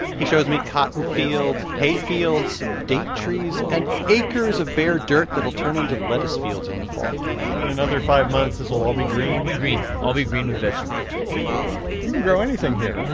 he shows me cotton fields, hay fields, some date trees and acres of bare dirt that'll turn into lettuce fields in the fall so in another five months, this will all be green? it'll all be green, all be green with vegetables you can grow anything here, huh?